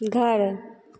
घर